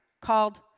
called